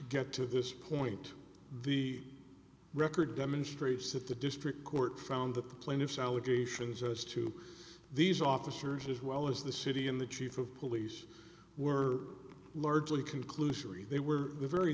get to this point the record demonstrates that the district court found that the plaintiffs allegations as to these officers as well as the city in the chief of police were largely conclusory they were